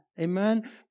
Amen